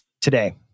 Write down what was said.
today